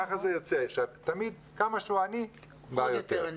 ככה זה יוצא, שתמיד כמה שהוא עני, בא יותר.